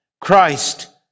Christ